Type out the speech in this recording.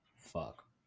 Fuck